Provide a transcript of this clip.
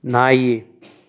ನಾಯಿ